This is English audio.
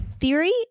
theory